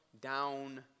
down